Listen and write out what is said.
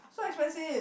so expensive